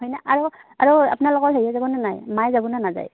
হয়নে আৰু আৰু আপোনালোকত হেৰি যাব নাই মায়ে যাব ন নাযায়